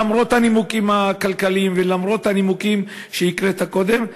למרות הנימוקים הכלכליים ולמרות הנימוקים שהקראת קודם,